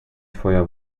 twoja